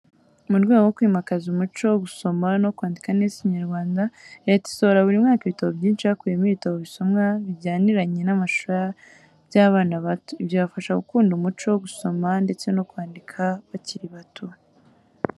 Mu rwego rwo kwimakaza umuco wo gusoma no kwandika neza Ikinyarwanda, Leta isohora buri mwaka ibitabo byinshi. Hakubiyemo ibitabo bisomwa bijyaniranye n'amashusho by'abana bato. Ibyo bibafasha gukunda umuco wo gusoma ndetse no kwandika bakiri bato.